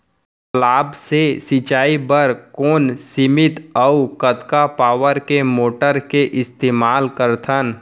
तालाब से सिंचाई बर कोन सीमित अऊ कतका पावर के मोटर के इस्तेमाल करथन?